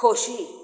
खोशी